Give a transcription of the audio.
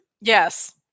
yes